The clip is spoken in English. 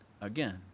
again